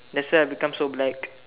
that's why I become so black